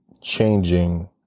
changing